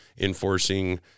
enforcing